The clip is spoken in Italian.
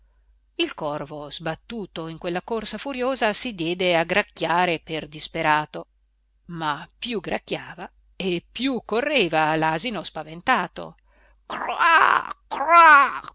il corvo sbattuto in quella corsa furiosa si diede a gracchiare per disperato ma più gracchiava e più correva l'asino spaventato